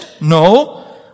No